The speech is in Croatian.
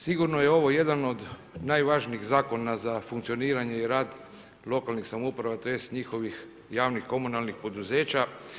Siguran je ovo jedan od najvažnijih zakona za funkcioniranje i rad lokalnih samouprava, tj. njihovih javnih, komunalnih poduzeća.